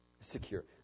Secure